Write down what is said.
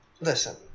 listen